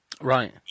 Right